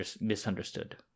misunderstood